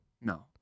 No